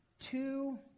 two